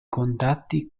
contatti